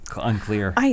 unclear